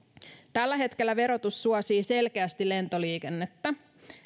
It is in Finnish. tällä hetkellä verotus suosii selkeästi lentoliikennettä